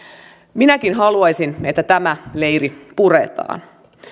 minäkin haluaisin että tämä leiri puretaan